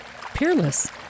peerless